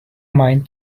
mind